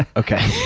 okay.